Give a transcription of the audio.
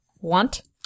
want